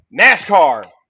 NASCAR